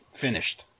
Finished